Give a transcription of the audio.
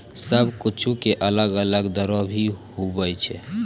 सब कुछु के अलग अलग दरो भी होवै छै